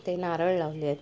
ते नारळ लावले आहेत